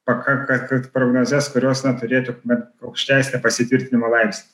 paka kad kad prognozes kurios na turėtų bet aukštesnį pasitvirtinimo laipsnį